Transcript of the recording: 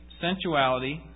sensuality